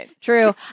True